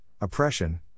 oppression